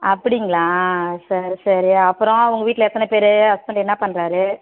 அப்படிங்களா சரி சரி அப்புறம் உங்கள் வீட்டில் எத்தனை பேர் ஹஸ்பண்ட் என்ன பண்ணுறாரு